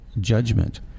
judgment